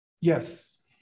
Yes